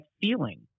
feeling